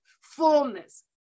fullness